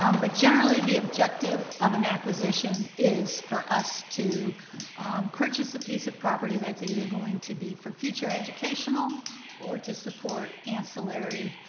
um but generally the objective of an acquisition is for us to purchase a piece of property that's either going to be for future educational or to support ancillary